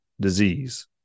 disease